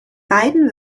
beiden